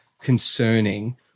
concerning